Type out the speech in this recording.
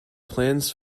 plans